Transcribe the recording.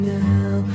now